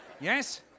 Yes